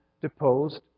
deposed